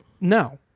No